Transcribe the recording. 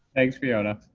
thanks fiona.